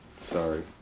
Sorry